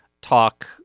talk